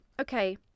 okay